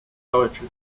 poetry